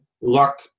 Luck